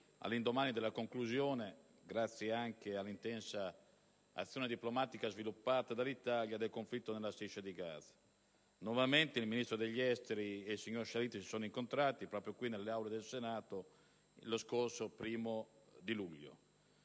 all'indomani della conclusione - grazie anche all'intensa azione diplomatica sviluppata dall'Italia - del conflitto nella striscia di Gaza. Nuovamente il Ministro degli esteri e il signor Shalit si sono incontrati, proprio qui, nelle Aule del Senato, lo scorso 1° luglio.